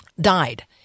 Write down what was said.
died